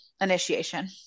initiation